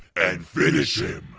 and finish him.